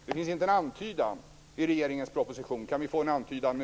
Det finns inte en antydan i regeringens proposition. Kan vi få en antydan nu?